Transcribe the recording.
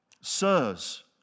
sirs